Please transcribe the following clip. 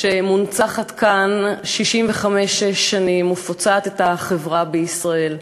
שמונצחת כאן 66 שנים ופוצעת את החברה בישראל.